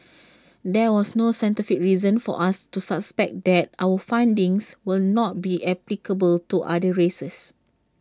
there was no scientific reason for us to suspect that our findings will not be applicable to other races